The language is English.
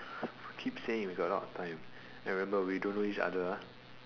keep saying we got a lot of time and remember we don't know each other ah